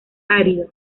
árido